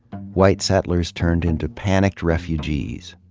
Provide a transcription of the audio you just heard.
white settlers turned into panicked refugees,